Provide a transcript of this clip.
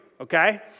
okay